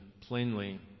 plainly